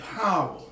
power